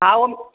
हा उहो